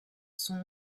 sont